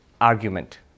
argument